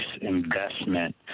investment